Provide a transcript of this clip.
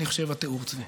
אני חושב, התיאור, צבי.